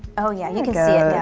oh yeah you can yeah